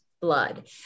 blood